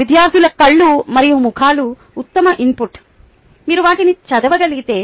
విద్యార్థుల కళ్ళు మరియు ముఖాలు ఉత్తమ ఇన్పుట్ మీరు వాటిని చదవగలిగితే